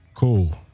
Cool